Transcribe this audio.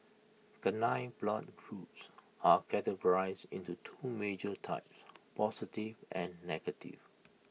canine blood groups are categorised into two major types positive and negative